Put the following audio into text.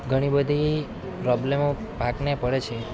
ઘણી બધી પ્રોબ્લેમો પાકને પડે છે